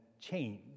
change